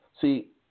See